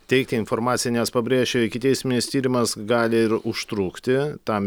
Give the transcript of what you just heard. teikia informaciją nes pabrėšiu ikiteisminis tyrimas gali ir užtrukti tam